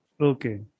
Okay